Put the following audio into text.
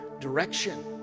direction